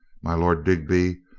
my lord digby,